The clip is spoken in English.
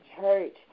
church